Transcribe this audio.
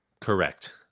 Correct